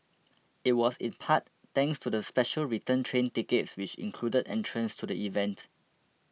it was in part thanks to the special return train tickets which included entrance to the event